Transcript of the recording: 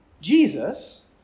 Jesus